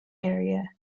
area